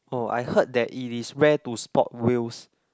oh I heard that it is rare to spot whales